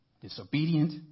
disobedient